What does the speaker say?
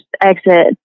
exit